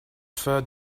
third